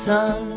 Sun